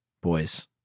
boys